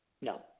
No